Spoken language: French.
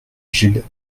gilles